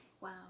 Wow